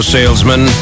Salesman